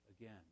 again